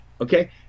okay